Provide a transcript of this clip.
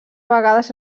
vegades